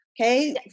Okay